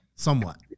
somewhat